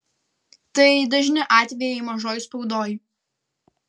tai dažni atvejai mažoj spaudoj